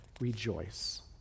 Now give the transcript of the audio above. rejoice